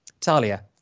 Talia